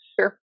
sure